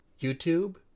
YouTube